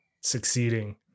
succeeding